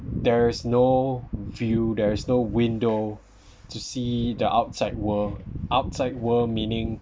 there is no view there is no window to see the outside world outside world meaning